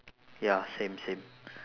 ya same same